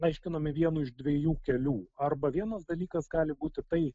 aiškinami vienu iš dviejų kelių arba vienas dalykas gali būti tai